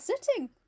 sitting